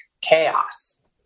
chaos